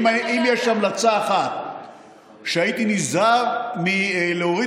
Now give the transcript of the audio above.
אם יש המלצה אחת שהייתי נזהר מלהוריד